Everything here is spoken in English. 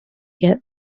get